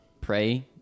pray